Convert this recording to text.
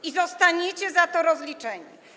I zostaniecie za to rozliczeni.